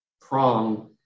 prong